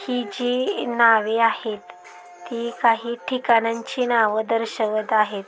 ही जी नावे आहेत ती काही ठिकाणांची नावं दर्शवत आहेत